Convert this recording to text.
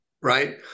right